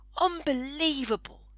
unbelievable